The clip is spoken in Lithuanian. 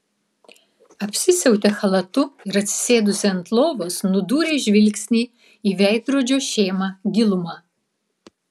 apsisiautė chalatu ir atsisėdusi ant lovos nudūrė žvilgsnį į veidrodžio šėmą gilumą